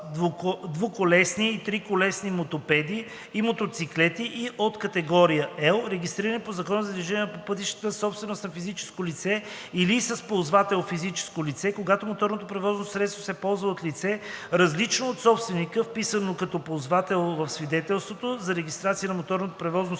двуколесни и триколесни мотопеди и мотоциклети от категория L, регистрирани по Закона за движението по пътищата, собственост на физическо лице или с ползвател физическо лице, когато моторното превозно средство се ползва от лице, различно от собственика, вписано като ползвател в свидетелството за регистрация на моторното превозно средство.